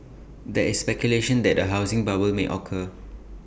there is speculation that A housing bubble may occur